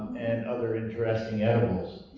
and other interesting edibles.